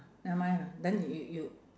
never mind lah then you you you